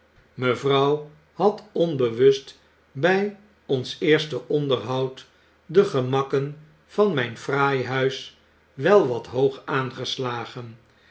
mevrouw had onbewust bij ons eerste onderhoud de gemakken van myn fraai huis wel wat hoog aangeslagen